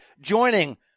joining